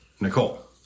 Nicole